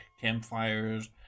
campfires